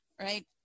right